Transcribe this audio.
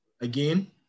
again